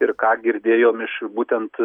ir ką girdėjom iš būtent